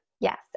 Yes